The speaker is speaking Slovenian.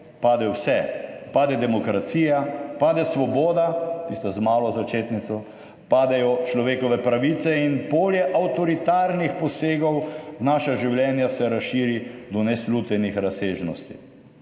pade vse, pade demokracija, pade svoboda tista z malo začetnico, padejo človekove pravice in polje avtoritarnih posegov v naša življenja se razširi do neslutenih razsežnosti